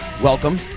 Welcome